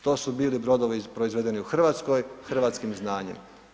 To su bili brodovi proizvedeni u Hrvatskoj, hrvatskim znanjem.